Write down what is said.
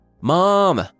Mom